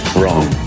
wrong